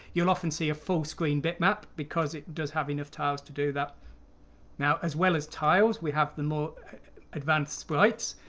you'll often see a full-screen bitmap because it does have enough tiles to do that now, as well as tiles we have the more advanced sprites.